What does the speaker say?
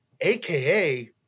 AKA